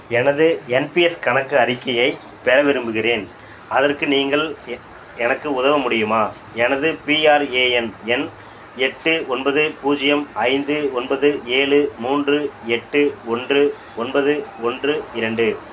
எனது என்பிஎஸ் கணக்கு அறிக்கையை பெற விரும்புகிறேன் அதற்கு நீங்கள் எ எனக்கு உதவ முடியுமா எனது பிஆர்ஏஎன் எண் எட்டு ஒன்பது பூஜ்ஜியம் ஐந்து ஒன்பது ஏழு மூன்று எட்டு ஒன்று ஒன்பது ஒன்று இரண்டு